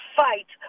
fight